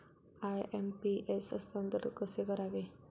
IMPS हस्तांतरण कसे करावे?